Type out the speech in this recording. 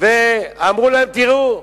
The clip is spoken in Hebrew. ואמרו להם: תראו,